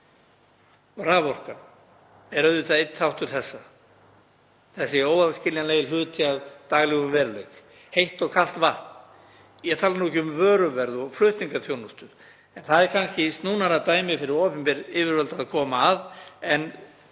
Raforkan er auðvitað einn þáttur þessa, óaðskiljanlegur hluti af daglegum veruleika, heitt og kalt vatn, ég tala nú ekki um vöruverð og flutningaþjónustu. Það er kannski snúnara fyrir opinber yfirvöld að koma að því en